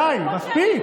די, מספיק.